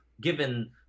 given